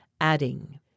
adding